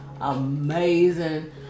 amazing